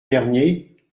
dernier